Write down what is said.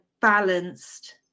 balanced